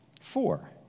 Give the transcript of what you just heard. Four